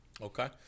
Okay